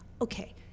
Okay